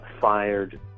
fired